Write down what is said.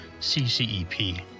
CCEP